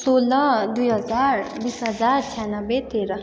सोह्र दुई हजार बिस हजार छ्यानब्बे तेह्र